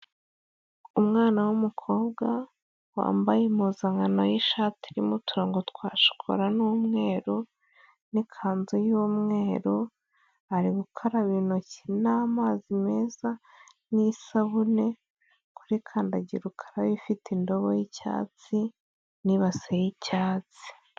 Umwana w'umukobwa wambaye impuzankano y'ishati irimo uturongo twa shokora n'umweru n'ikanzu y'umweru, ari gukaraba intoki n'amazi meza n'isabune kuri kandagira ukarabe ifite indobo y'icyatsi n'ibase y'icyatsi.